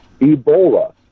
Ebola